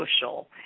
social